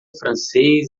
francês